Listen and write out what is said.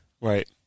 right